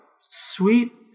sweet